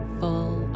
full